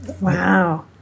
Wow